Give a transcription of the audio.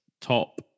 top